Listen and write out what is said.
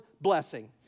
blessing